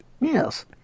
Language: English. Yes